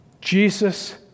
Jesus